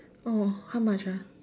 oh how much ah